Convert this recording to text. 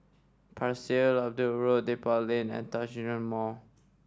Pasir Laba Road Depot Lane and Djitsun Mall